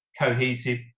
cohesive